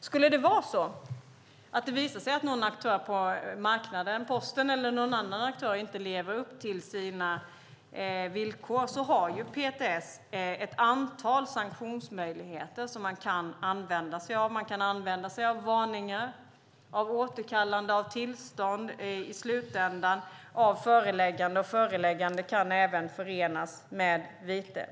Skulle det visa sig att någon aktör på marknaden, Posten eller någon annan, inte lever upp till sina villkor har PTS ett antal sanktionsmöjligheter som man kan använda sig av: varningar, återkallande av tillstånd och i slutändan föreläggande. Föreläggande kan även förenas med vite.